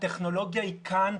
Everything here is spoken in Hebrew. הטכנולוגיה היא כאן,